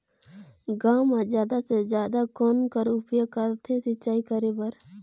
गांव म जादा से जादा कौन कर उपयोग करथे सिंचाई करे बर?